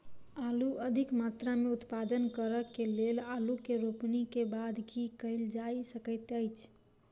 आलु अधिक मात्रा मे उत्पादन करऽ केँ लेल आलु केँ रोपनी केँ बाद की केँ कैल जाय सकैत अछि?